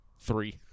three